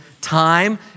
time